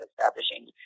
establishing